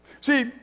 See